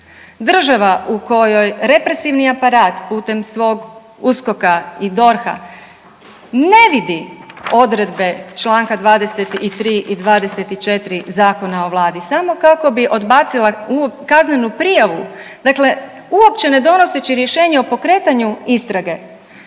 Država u kojoj represivni aparat putem svog USKOK-a i DORH-a ne vidi odredbe čl. 23.i 24. Zakona o Vladi samo kako bi odbacila kaznenu prijavu, dakle uopće ne donoseći rješenje o pokretanju istrage,